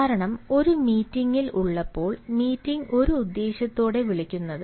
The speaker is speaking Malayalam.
കാരണം ഒരു മീറ്റിംഗ് ഉള്ളപ്പോൾ മീറ്റിംഗ് ഒരു ഉദ്ദേശ്യത്തോടെയാണ് വിളിക്കുന്നത്